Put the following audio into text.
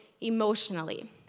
emotionally